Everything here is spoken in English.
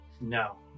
No